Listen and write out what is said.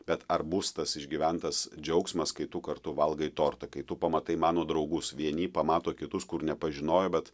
bet ar bus tas išgyventas džiaugsmas kai tu kartu valgai tortą kai tu pamatai mano draugus vieni pamato kitus kur nepažinojo bet